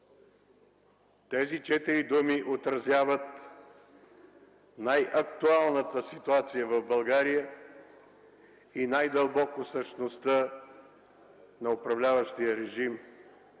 Тези четири думи отразяват най-актуалната ситуация в България и най-дълбоко същността на управляващия режим.